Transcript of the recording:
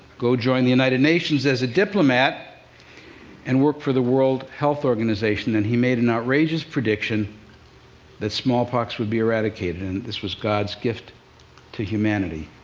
go join the united nations as a diplomat and work for the world health organization. and he made an outrageous prediction that smallpox would be eradicated, and that this was god's gift to humanity,